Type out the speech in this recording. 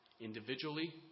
individually